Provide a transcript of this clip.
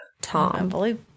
Tom